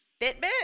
Fitbit